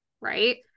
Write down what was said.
right